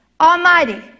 Almighty